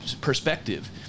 perspective